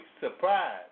surprise